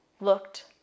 looked